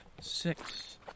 six